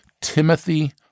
Timothy